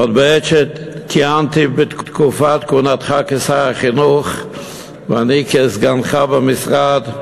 עוד בעת שכיהנתי בתקופת כהונתך כשר החינוך כסגנך במשרד,